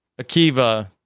Akiva